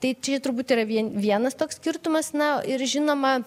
tai čia turbūt yra vien vienas toks skirtumas na ir žinoma